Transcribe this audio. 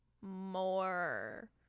more